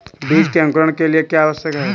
बीज के अंकुरण के लिए क्या आवश्यक है?